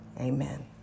amen